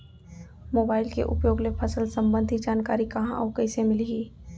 Mobile के उपयोग ले फसल सम्बन्धी जानकारी कहाँ अऊ कइसे मिलही?